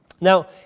Now